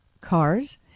cars